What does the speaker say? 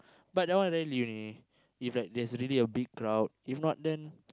but that one really if like there's really a big crowd if not then